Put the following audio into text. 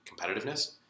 competitiveness